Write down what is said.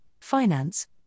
finance